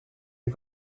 you